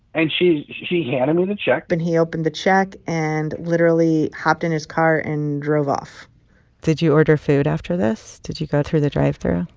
and she she handed me the check and he opened the check and literally hopped in his car and drove off did you order food after this? did you go through the drive-through?